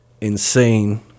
insane